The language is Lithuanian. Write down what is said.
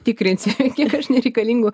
tikrinsiu kiek aš nereikalingų